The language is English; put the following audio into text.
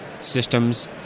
systems